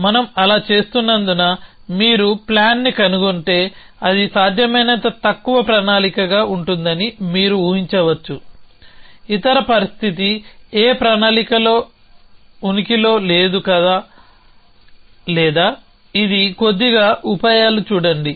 మనం అలా చేస్తున్నందున మీరు ప్లాన్ని కనుగొంటే అది సాధ్యమైనంత తక్కువ ప్రణాళికగా ఉంటుందని మీరు ఊహించవచ్చు ఇతర పరిస్థితి ఏ ప్రణాళిక ఉనికిలో లేదు లేదా ఇది కొద్దిగా ఉపాయాలు చూడండి